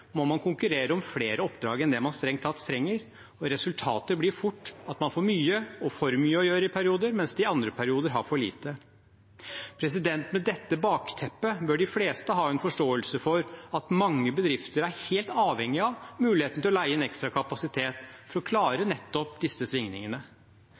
må man konkurrere om flere oppdrag enn det man strengt tatt trenger, og resultatet blir fort at man får mye – og for mye – å gjøre i perioder, mens man i andre perioder har for lite. Med dette bakteppet bør de fleste ha en forståelse for at mange bedrifter er helt avhengige av muligheten til å leie inn ekstra kapasitet for å